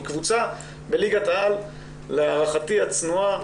כי קבוצה בליגת העל להערכתי הצנועה,